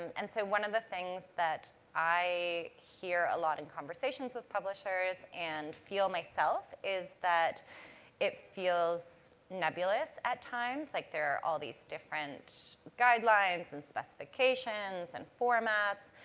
and so, one of the things that i hear a lot in conversations with publishers, and feel myself, is that it feels nebulous at times. like, there are all these different guidelines, and specifications, and formats,